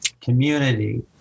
community